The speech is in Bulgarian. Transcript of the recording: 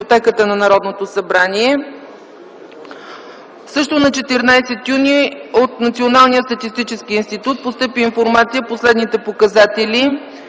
библиотеката на Народното събрание. Също на 14 юни 2010 г. от Националния статистически институт постъпи информация по следните показатели: